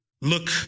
look